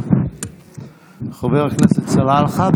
חבר הכנסת סלאלחה,